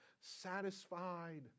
satisfied